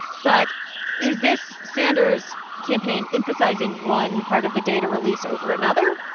but is this sanders campaign emphasizing one part of the data release over another?